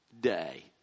day